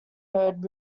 heard